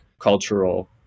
cultural